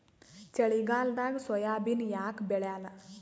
ಚಳಿಗಾಲದಾಗ ಸೋಯಾಬಿನ ಯಾಕ ಬೆಳ್ಯಾಲ?